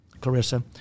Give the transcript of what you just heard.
Clarissa